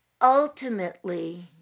Ultimately